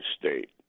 state